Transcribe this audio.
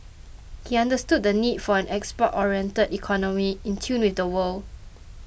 he understood the need for an export oriented economy in tune with the world